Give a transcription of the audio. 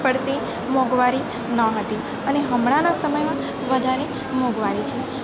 પડતી મોંઘવારી ન હતી અને હમણાંના સમયમાં વધારે મોંઘવારી છે